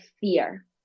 fear